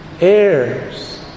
heirs